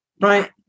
Right